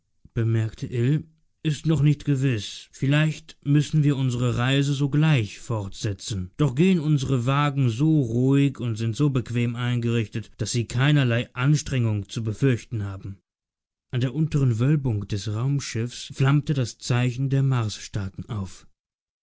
bemerkte ill ist noch nicht gewiß vielleicht müssen wir unsre reise sogleich fortsetzen doch gehen unsre wagen so ruhig und sind so bequem eingerichtet daß sie keinerlei anstrengung zu fürchten haben an der unteren wölbung des raumschiffs flammte das zeichen der marsstaaten auf